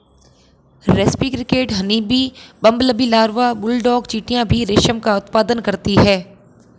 रेस्पी cricket, honeybee, bumblebee larva, bulldog चींटियां भी रेशम का उत्पादन करती हैं